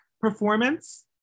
performance